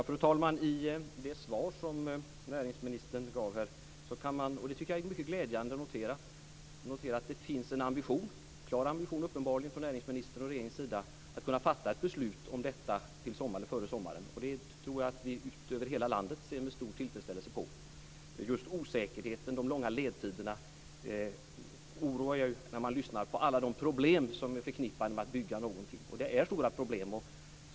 Fru talman! I det svar som näringsministern gav är det mycket glädjande att notera att det uppenbarligen finns en klar ambition från näringsministerns och regeringens sida att kunna fatta ett beslut om detta före sommaren. Det tror jag att vi ut över hela landet ser med stor tillfredsställelse på. Just osäkerheten, de långa ledtiderna, oroar när man lyssnar på alla de problem som är förknippade med att bygga någonting. Det är stora problem.